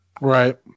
Right